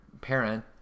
parent